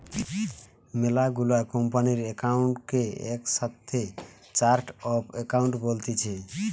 মেলা গুলা কোম্পানির একাউন্ট কে একসাথে চার্ট অফ একাউন্ট বলতিছে